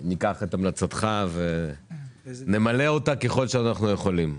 ניקח את המלצתך ונמלא אותה ככל שאנחנו יכולים.